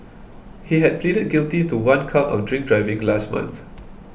he had pleaded guilty to one count of drink driving last month